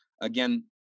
again